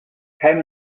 came